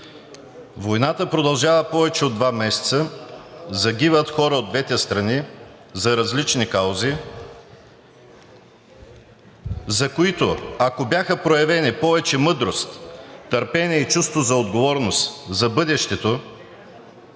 Войната продължава повече от два месеца, загиват хора от двете страни за различни каузи, за които, ако бяха проявени повече мъдрост, търпение и чувство за отговорност за бъдещето